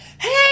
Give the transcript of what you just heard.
Hey